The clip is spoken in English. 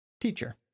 Teacher